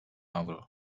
avro